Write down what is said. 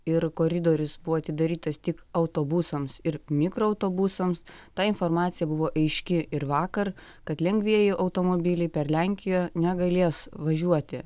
ir koridorius buvo atidarytas tik autobusams ir mikroautobusams ta informacija buvo aiški ir vakar kad lengvieji automobiliai per lenkiją negalės važiuoti